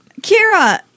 Kira